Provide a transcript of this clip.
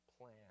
plan